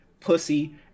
pussy